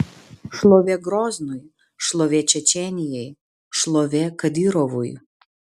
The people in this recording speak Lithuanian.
šlovė groznui šlovė čečėnijai šlovė kadyrovui